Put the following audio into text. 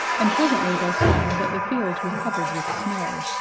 and presently they saw that the fields were covered with snow,